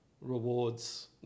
rewards